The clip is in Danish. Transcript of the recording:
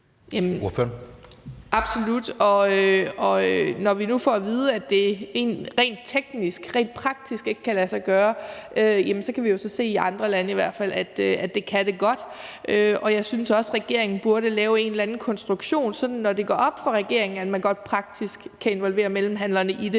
Absolut, og når vi nu får at vide, at det rent teknisk, rent praktisk, ikke kan lade sig gøre, så kan vi jo i hvert fald se, at det i andre lande godt kan. Og jeg synes også, regeringen burde lave en eller anden konstruktion, sådan at man, når det går op for regeringen, at man praktisk godt kan involvere mellemhandlere i det,